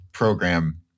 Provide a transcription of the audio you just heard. Program